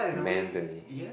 mentally